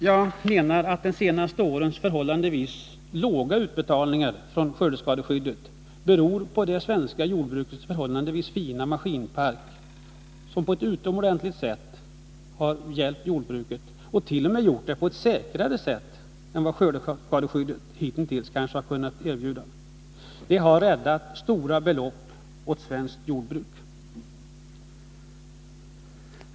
Jag menar att de senaste årens relativt låga utbetalningar från skördeskadeskyddet beror på det svenska jordbrukets förhållandevis fina maskinpark, som på ett utomordentligt sätt — och t.o.m. säkrare än skördeskadeskyddet kunnat göra — har hjälpt jordbruket. Det har räddat stora belopp åt svenskt jordbruk.